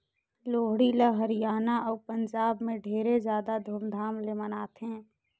लोहड़ी ल हरियाना अउ पंजाब में ढेरे जादा धूमधाम ले मनाथें